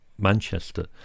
Manchester